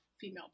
female